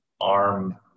arm